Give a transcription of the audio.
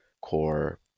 core